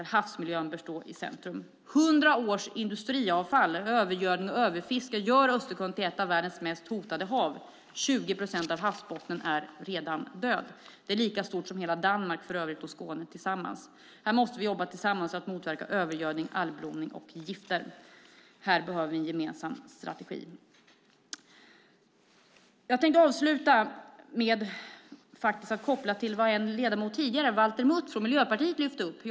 Havsmiljön bör stå i centrum. Hundra års industriavfall, övergödning och överfiske gör Östersjön till ett av världens mest hotade hav. 20 procent av havsbotten - en yta lika stor som Danmark och Skåne tillsammans - är redan död. Vi måste jobba tillsammans för att motverka övergödning, algblomning och gifter. Här behövs den gemensamma strategin. Jag tänkte avsluta med att återkoppla till något som Valter Mutt från Miljöpartiet lyfte upp tidigare.